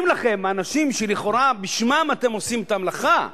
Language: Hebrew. אומרים לכם האנשים שלכאורה בשמם אתם עושים את המלאכה: